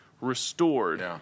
restored